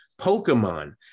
Pokemon